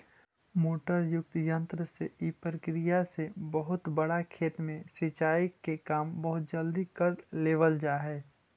motor युक्त यन्त्र से इ प्रक्रिया से बहुत बड़ा खेत में सिंचाई के काम बहुत जल्दी कर लेवल जा हइ